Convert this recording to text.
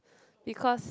because